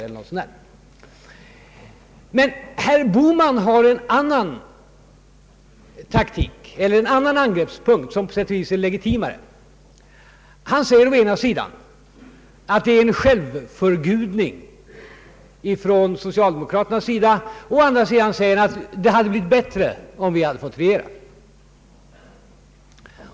Herr Bohman har en annan angreppspunkt som på sätt och vis är legitimare. Han säger å ena sidan att det är fråga om en självförgudning från socialdemokraternas sida och å andra sidan att det hade blivit bättre om man själv hade fått regera.